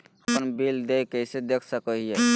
हम अपन बिल देय कैसे देख सको हियै?